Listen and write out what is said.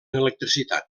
electricitat